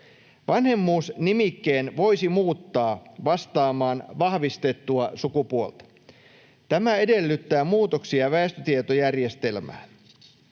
Vanhemmuusnimikkeen voisi muuttaa vastaamaan vahvistettua sukupuolta. Tämä edellyttää muutoksia väestötietojärjestelmään.